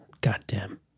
goddamn